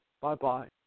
Bye-bye